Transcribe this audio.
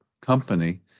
company